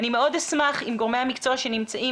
אני מאוד אשמח אם גורמי המקצוע שנמצאים